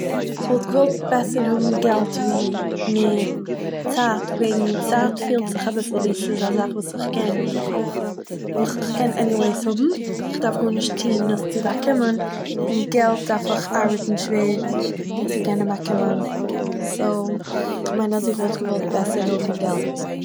איך וואלט געוואלט בעסער האבן געלט ווי מער צייט וועגן צייט פילט זיך אביסל ווי ס'איז א זאך וואס איך קען איך קען עניוועיס האבן, איך דארף גארנישט טוהן עס צו באקומען און געלט דארף איך ארבעטן שווער צו קענען באקומען, סו, איך מיין אז איך וואלט געוואלט בעסער האבן געלט